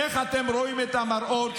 איך אתם רואים את המראות,